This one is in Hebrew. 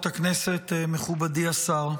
הכנסת, מכובדי השר,